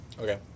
Okay